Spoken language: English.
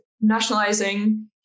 nationalizing